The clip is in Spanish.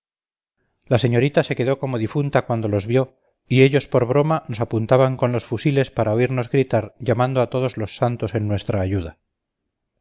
la señorita se quedó como difunta cuando los vio y ellos por broma nos apuntaban con los fusiles para oírnos gritar llamando a todos los santos en nuestra ayuda